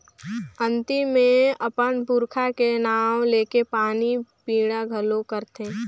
अक्ती मे अपन पूरखा के नांव लेके पानी पिंडा घलो करथे